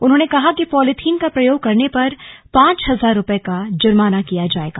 उन्होंने कहा कि पॉलीथीन का प्रयोग करने पर पांच हजार रूपये का जुर्माना किया जायेगा